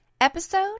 Episode